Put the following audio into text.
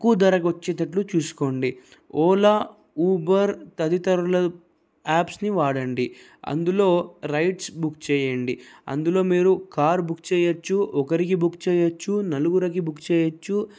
తక్కువ ధరకే వచ్చేటట్టు చూసుకోండి ఓలా ఊబర్ తదితరులు యాప్స్ని వాడండి అందులో రైడ్స్ బుక్ చేయండి అందులో మీరు కారు బుక్ చేయొచ్చు ఒకరికి బుక్ చేయొచ్చు నలుగురికి బుక్ చేయొచ్చు